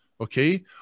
Okay